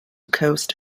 coast